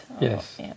Yes